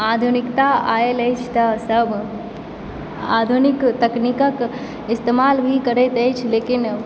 आधुनिकता आयल अछि तऽ सभ आधुनिक तकनीकक इस्तमाल भी करैत अछि लेकिन